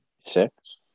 Six